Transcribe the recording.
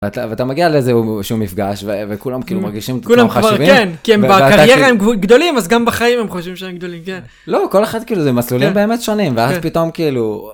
ואתה מגיע לאיזשהו מפגש, וכולם כאילו מרגישים את זה כמה הם חשובים. כי הם בקריירה הם גדולים, אז גם בחיים הם חושבים שהם גדולים, כן. לא, כל אחד כאילו, זה מסלולים באמת שונים, ואז פתאום כאילו...